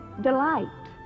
delight